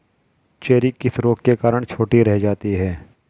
Cherry किस रोग के कारण छोटी रह जाती है?